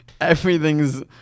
everything's